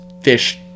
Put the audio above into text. fish